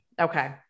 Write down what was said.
Okay